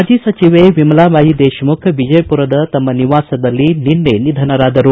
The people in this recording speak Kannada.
ಮಾಜಿ ಸಚಿವೆ ವಿಮಲಾಬಾಯಿ ದೇಶಮುಖ್ ವಿಜಯಪುರದ ತಮ್ಮ ನಿವಾಸದಲ್ಲಿ ನಿನ್ನೆ ನಿಧನರಾದರು